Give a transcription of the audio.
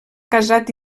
casat